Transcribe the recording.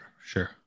sure